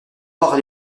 par